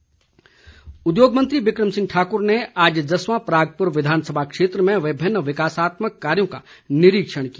बिक्रम ठाक्र उद्योग मंत्री बिक्रम ठाक्र ने आज जस्वां परागपूर विधानसभा क्षेत्र में विभिन्न विकासात्मक कार्यों का निरिक्षण किया